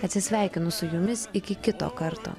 atsisveikinu su jumis iki kito karto